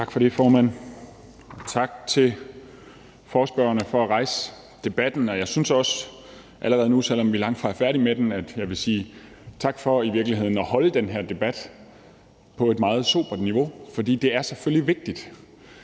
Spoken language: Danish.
Tak for det, formand, og tak til forespørgerne for at rejse debatten. Jeg synes også allerede nu, selv om vi er langtfra er færdige med den, at jeg vil sige tak for i virkeligheden at holde den her debat på et meget sobert niveau. For det er selvfølgelig vigtigt,